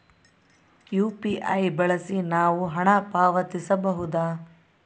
UPI ಬಳಸಿ ನಾವು ಹಣ ಪಾವತಿಸಬಹುದಾ?